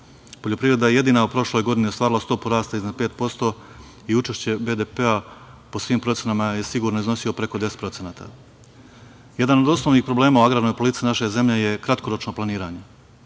Poljoprivreda je jedina u prošloj godini ostvarila stopu rasta iznad 5% i učešće BDP-a, po svim procenama, je sigurno iznosio preko 10%.Jedan od osnovnih problema u agrarnoj politici naše zemlje je kratkoročno planiranje.